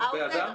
את בעדה?